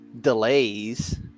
delays